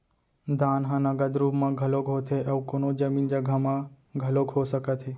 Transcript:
दान ह नगद रुप म घलोक होथे अउ कोनो जमीन जघा म घलोक हो सकत हे